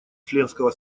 членского